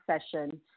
session